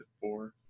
four